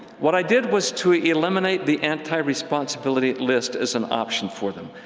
what i did was to eliminate the anti-responsibility list as an option for them.